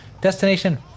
destination